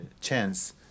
chance